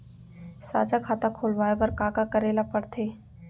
साझा खाता खोलवाये बर का का करे ल पढ़थे?